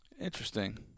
Interesting